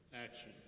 action